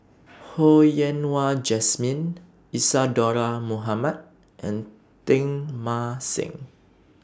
Ho Yen Wah Jesmine Isadhora Mohamed and Teng Mah Seng